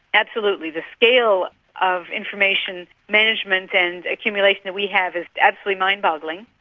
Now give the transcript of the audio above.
absolutely, the scale of information management and accumulation that we have is absolutely mind-boggling,